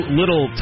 little